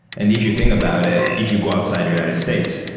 and if you think about it, if you go outside united states,